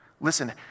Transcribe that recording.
Listen